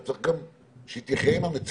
אתה צריך גם שהיא תחיה עם המציאות,